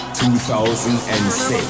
2006